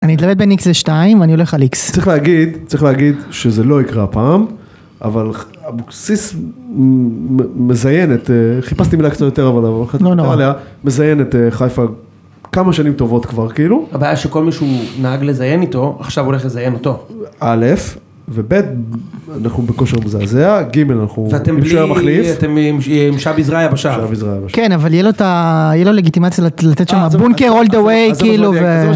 אני אתלמד בין X ל-2 ואני הולך על X. צריך להגיד, צריך להגיד שזה לא יקרה פעם, אבל אבוקסיס מזיינת, חיפשתי מילה קצת יותר, אבל לא חציתי מלאה, מזיינת חיפה כמה שנים טובות כבר כאילו. הבעיה שכל מישהו נהג לזיין איתו, עכשיו הוא הולך לזיין אותו. א', וב', אנחנו בכושר מזעזע, ג', אנחנו עם שויה מחליף. אתם עם שבי יזרעיה בשער. כן, אבל יהיה לו לגיטימציה לתת שם בונקר אול דה וויי, כאילו.